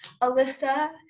Alyssa